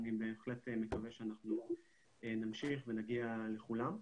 אני בהחלט מקווה שאנחנו נמשיך ונגיע לכולם.